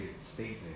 statement